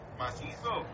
macizo